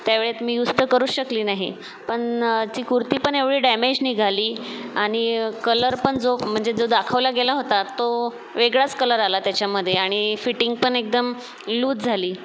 त्यावेळेत मी यूज तर करूच शकले नाही पण ती कुर्तीपण एवढी डॅमेज निघाली आणि कलर पण जो म्हणजे जो दाखवला गेला होता तो वेगळाच कलर आला त्याच्यामध्ये आणि फिटिंग पण एकदम लूज झाली